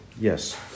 Yes